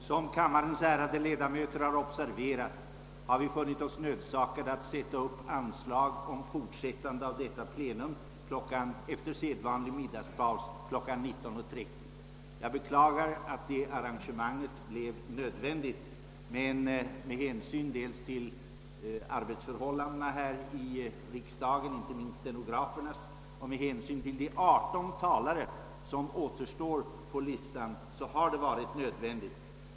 Som kammarens ärade ledamöter torde ha observerat har vi funnit oss nödsakade att sätta upp anslag om fortsättande av detta plenum klockan 19.30, efter sedvanlig middagspaus. Jag beklagar att det arrangemanget blivit nödvändigt, men med hänsyn till arbetsförhållandena här i riksdagen, inte minst stenografernas, och med hänsyn till de 18 talare som återstår på listan har detta ansetts ofrånkomligt.